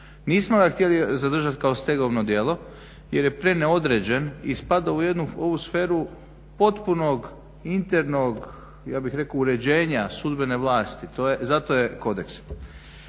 Nismo ga htjeli zadržat kao stegovno djelo jer je preneodređen i spada u jednu ovu sferu potpunog internog ja bih rekao uređenja sudbene vlasti. Zato je kodeks.